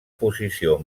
posició